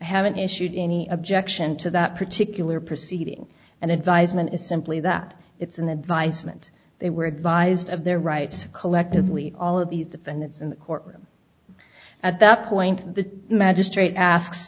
haven't issued any objection to that particular proceeding and advisement is simply that it's an advisement they were advised of their rights collectively all of these defendants in the court room at that point the magistrate asks